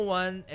one